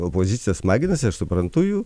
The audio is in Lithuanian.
opozicija smaginasi aš suprantu jų